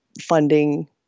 funding